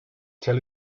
tell